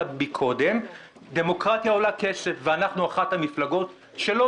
קודם - דמוקרטיה עולה כסף ואנחנו אחת המפלגות שלא